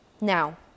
Now